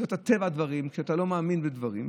זה טבע הדברים כשאתה לא מאמין בדברים.